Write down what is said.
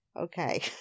okay